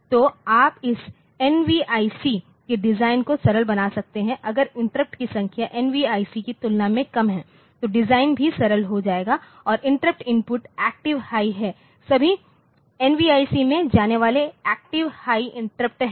तो आप इस एनवीआईसी के डिजाइन को सरल बना सकते हैं अगर इंटरप्ट की संख्या एनवीआईसी की तुलना में कम है तो डिजाइन भी सरल हो जाएगा और इंटरप्ट इनपुट एक्टिव हाई हैं सभी एनवीआईसी में जाने वाले एक्टिव हाई इंटरप्ट हैं